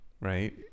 right